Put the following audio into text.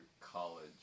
college